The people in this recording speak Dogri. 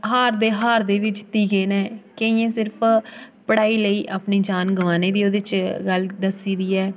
हारदे हारदे बी जित्तियै न केइयें सिर्फ पढ़ाई लेई अपनी जान गवानें दी ओह्दी च गल्ल दस्सी दी ऐ